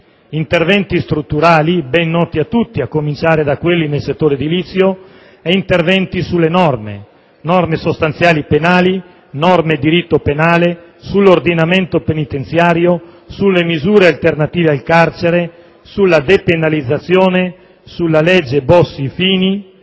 interventi strutturali ben noti a tutti, a cominciare da quelli nel settore edilizio, e interventi sulle norme, norme sostanziali penali, norme di rito penale, norme sull'ordinamento penitenziario, sulle misure alternative al carcere, sulla depenalizzazione, sulla legge Bossi-Fini,